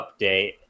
update